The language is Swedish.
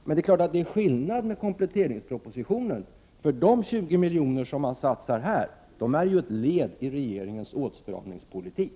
Det är klart att det är skillnad på kompletteringspropositionen, eftersom de 20 milj.kr. som satsas i Sundsvall-Härnösand ju är ett led i regeringens åtstramningspolitik.